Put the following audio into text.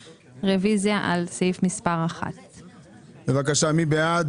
רוויזיה על סעיף מספר 1. בבקשה מי בעד?